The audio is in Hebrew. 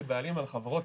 כבעלים על החברות,